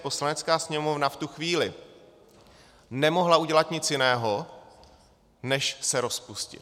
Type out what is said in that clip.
Poslanecká sněmovna v tu chvíli nemohla udělat nic jiného než se rozpustit.